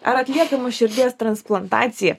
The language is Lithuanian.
ar atliekama širdies transplantacija